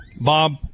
Bob